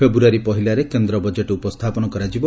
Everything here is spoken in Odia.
ଫେବୃୟାରୀ ପହିଲାରେ କେନ୍ଦ୍ର ବଜେଟ୍ ଉପସ୍ଥାପନ କରାଯିବ